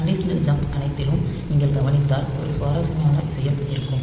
conditional jump அனைத்திலும் நீங்கள் கவனித்தால் ஒரு சுவாரஸ்யமான விஷயம் இருக்கும்